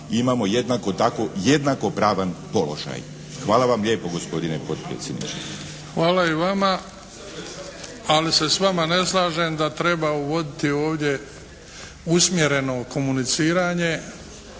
tako jednakopravan položaj. Hvala vam lijepo gospodine potpredsjedniče. **Bebić, Luka (HDZ)** Hvala i vama, ali se s vama ne slažem da treba uvoditi ovdje usmjereno komuniciranje.